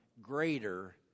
greater